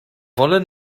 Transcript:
wollen